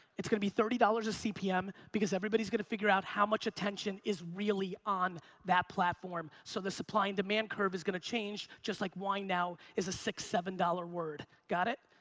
it's gonna be thirty dollars a cpm because everybody's gonna figure out how much attention is really on that platform. so the supply and demand curve is gonna change just like wine now is a six seven dollar word. got it?